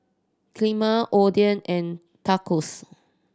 Kheema Oden and Tacos